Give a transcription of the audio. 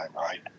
right